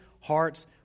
hearts